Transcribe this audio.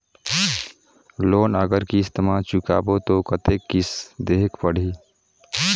Loan अगर किस्त म चुकाबो तो कतेक किस्त देहेक पढ़ही?